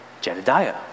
Jedediah